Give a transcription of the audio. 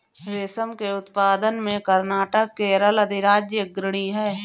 रेशम के उत्पादन में कर्नाटक केरल अधिराज्य अग्रणी है